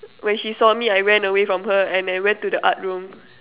when she saw me I ran away from her and I went to the art room